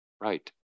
right